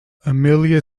amelia